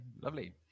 lovely